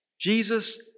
Jesus